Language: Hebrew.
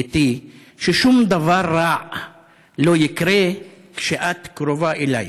בתי, ששום דבר רע לא יקרה כשאת קרובה אליי.